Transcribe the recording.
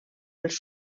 els